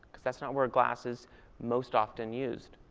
because that's not where glass is most often used.